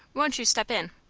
won't you step in?